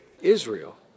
Israel